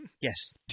Yes